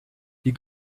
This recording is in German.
die